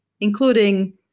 including